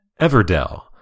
Everdell